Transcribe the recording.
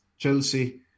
Chelsea